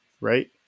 right